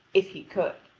if he could.